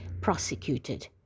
prosecuted